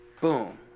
Boom